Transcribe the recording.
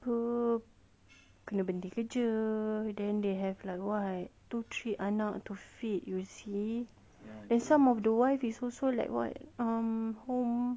kena berhenti kerja then they have like what two three anak to feed you see then some of the wife is also like what um home